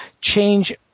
change